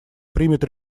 примет